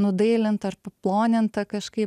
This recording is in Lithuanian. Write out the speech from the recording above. nudailintą ar paplonintą kažkaip